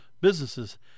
businesses